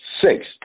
six